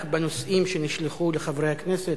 רק בנושאים שנשלחו לחברי הכנסת,